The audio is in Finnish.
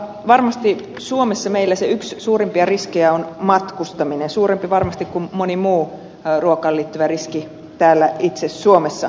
varmasti suomessa meillä se yksi suurimpia riskejä on matkustaminen varmasti suurempi kuin moni muu ruokaan liittyvä riski täällä itse suomessa